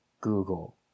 Google